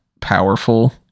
powerful